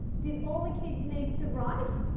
did all the kids need to write?